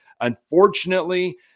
Unfortunately